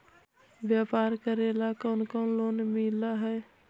व्यापार करेला कौन कौन लोन मिल हइ?